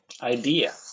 idea